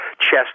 chest